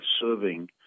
serving